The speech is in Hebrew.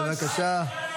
בבקשה.